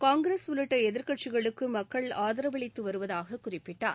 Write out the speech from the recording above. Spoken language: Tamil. காங்கிரஸ் உள்ளிட்ட எதிர்க்கட்சிகளுக்கு மக்கள் ஆதரவளித்து வருவதாக குறிப்பிட்டார்